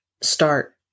start